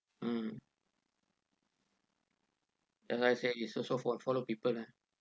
mm as I said it's also fo~ follow people lah